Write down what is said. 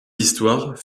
histoires